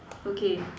okay